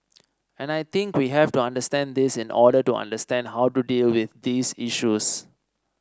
and I think we have to understand this in order to understand how to deal with these issues